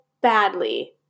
badly